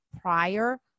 prior